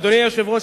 אדוני היושב-ראש,